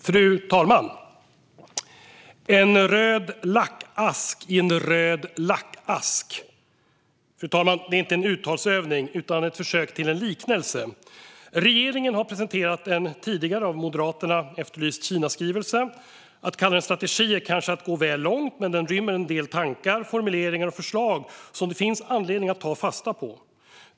Fru talman! En röd lackask i en röd lackask - det är inte en uttalsövning utan ett försök till en liknelse. Regeringen har presenterat en tidigare av Moderaterna efterlyst Kinaskrivelse. Att kalla den strategi är kanske att gå väl långt, men den rymmer en del tankar, formuleringar och förslag som det finns anledning att ta fasta på.